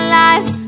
life